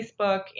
Facebook